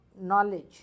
knowledge